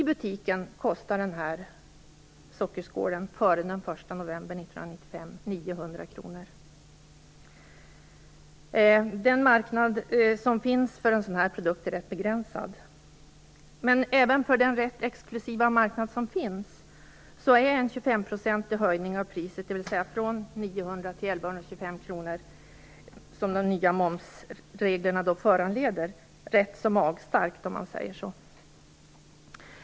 Före den 1 november 1995 kostade den här sockerskålen 900 kr i butiken. Den marknad som finns för en sådan här produkt är rätt begränsad. Men även för den exklusiva marknad som finns är en 25-procentig höjning av priset, dvs. från 900 kr till 1 125 kr, som de nya momsreglerna föranleder, rätt magstark, om man säger så.